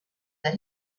that